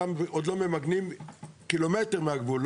שם עוד לא ממגנים קילומטר מהגבול,